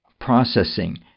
processing